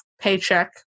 paycheck